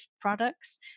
products